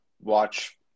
watch